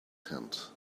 tent